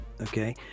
Okay